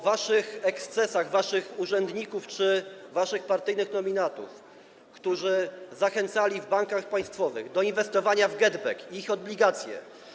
Wasze ekscesy, waszych urzędników czy waszych partyjnych nominatów, którzy zachęcali w bankach państwowych do inwestowania w GetBack i ich obligacje.